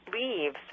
leaves